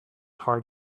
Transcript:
hard